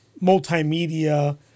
multimedia